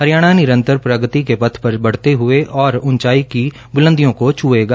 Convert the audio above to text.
हरियाणा निरंतर प्रगति के पथ पर बढते हए उंचाई की ओर बुलंदियों को छएगा